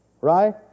right